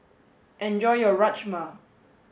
enjoy your Rajma